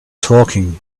talking